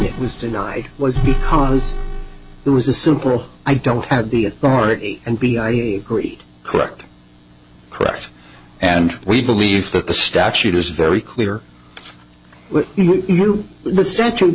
it was denied was because it was a simple i don't have the authority and b i agree correct correct and we believe that the statute is very clear what the statute